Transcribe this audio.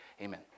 Amen